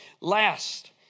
Last